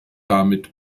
damit